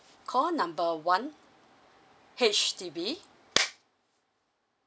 call number one H_D_B